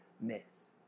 miss